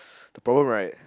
the problem right